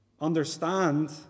Understand